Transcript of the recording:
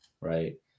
right